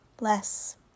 less